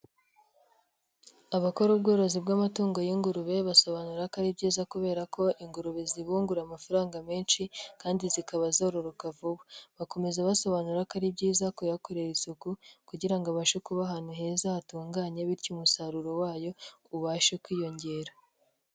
Abakora ubworozi bw'amatungo y'ingurube basobanura ko ari byiza kubera ko ingurube zibungura amafaranga menshi kandi zikaba zororoka vuba, bakomeza basobanura ko ari byiza kuyakorera isuku kugira ngo abashe kuba ahantu heza hatunganye bityo umusaruro wayo ubashe kwiyongera.